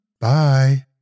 Bye